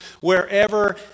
wherever